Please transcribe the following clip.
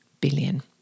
billion